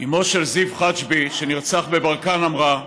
אימו של זיו חג'בי, שנרצח בברקן, אמרה: